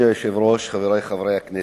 אדוני היושב-ראש, חברי חברי הכנסת,